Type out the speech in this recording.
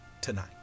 tonight